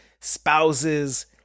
spouses